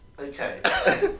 Okay